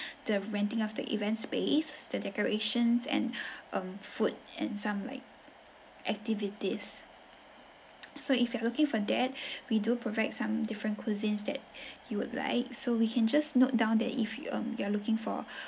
the renting of the event space the decorations and um food and some like activities so if you're looking for that we do provide some different cuisines that you would like so we can just note down that if you um you are looking for